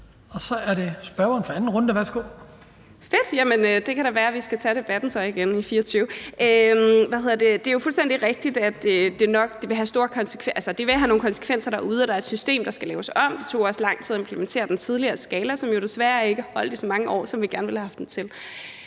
Astrid Carøe (SF): Fedt, jamen det kan da være, vi så skal tage debatten igen i 2024. Det er jo fuldstændig rigtigt, at det vil have nogle konsekvenser derude, at der er et system, der skal laves om. Det tog også lang tid at implementere den tidligere skala, som jo desværre ikke holdt i så mange år, som vi gerne ville have haft den til.